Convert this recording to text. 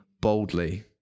boldly